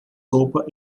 sopa